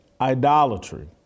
idolatry